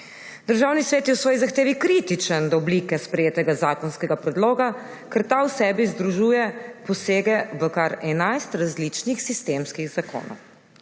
Državni svet je v svoji zahtevi kritičen do oblike sprejetega zakonskega predloga, ker ta v sebi združuje posege v kar 11 različnih sistemskih zakonov.